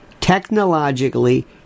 Technologically